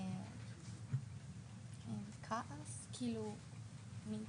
ואולי כעס, מין